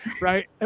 right